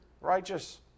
righteous